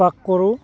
বাস কৰোঁ